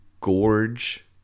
gorge